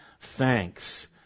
thanks